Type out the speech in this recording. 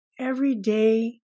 Everyday